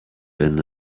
been